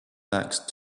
next